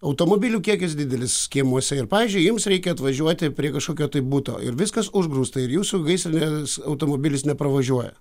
automobilių kiekis didelis kiemuose ir pavyzdžiui jums reikia atvažiuoti prie kažkokio buto ir viskas užgrūsta ir jūsų gaisrinis automobilis nepravažiuoja